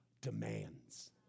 demands